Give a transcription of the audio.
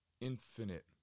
infinite